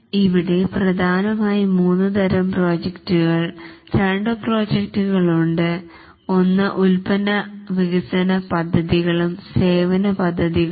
ഇവിടെ പ്രധാനമായും മൂന്നുതരം പ്രോജക്ടുകൾ രണ്ട് പ്രോജക്റ്റുകൾ ഉണ്ട് ഒന്ന് ഉൽപ്പന്ന വികസനപദ്ധതികളും സേവന പദ്ധതികളും